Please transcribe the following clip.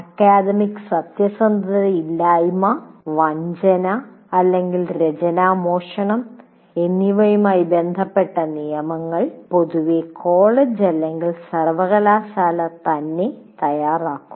academic സത്യസന്ധതയില്ലായ്മ വഞ്ചന അല്ലെങ്കിൽ രചനാമോഷണം എന്നിവയുമായി ബന്ധപ്പെട്ട നിയമങ്ങൾ പൊതുവെ കോളേജ് അല്ലെങ്കിൽ സർവ്വകലാശാല തന്നെ തയ്യാറാക്കുന്നു